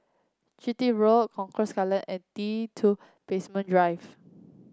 Chitty Road Concourse Skyline and T two Basement Drive